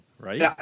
Right